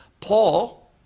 Paul